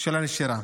של הנשירה.